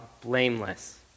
blameless